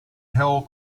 hill